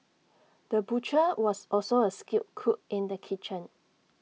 the butcher was also A skilled cook in the kitchen